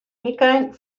wykein